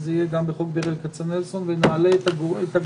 זה יהיה גם בחוק ברל כצנלסון ונעלה את הגורמים,